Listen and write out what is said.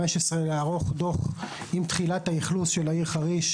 לערוך דוח עם תחילת האכלוס של העיר חריש,